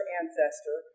ancestor